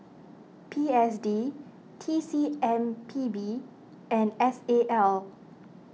P S D T C M P B and S A L